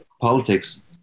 politics